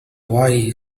wise